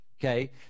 Okay